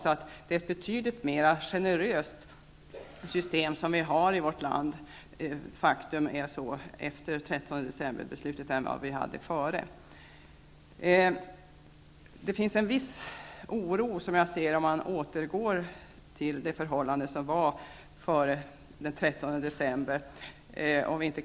Vi har ett betydligt mer generöst system i vårt land efter det att 13 december-beslutet fattades än vad vi hade före. Det finns en viss oro för att återgå till de förhållanden som rådde innan 13 decemberbeslutet fattades.